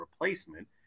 replacement